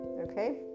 okay